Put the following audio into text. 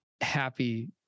happy